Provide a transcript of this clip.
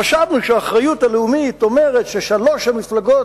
חשבנו שהאחריות הלאומית אומרת ששלוש המפלגות